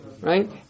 Right